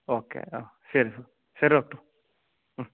okay ആ ശരി sir ശരി ഡോക്ടർ